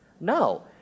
No